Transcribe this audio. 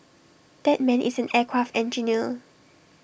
that man is an aircraft engineer